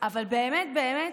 אבל באמת באמת,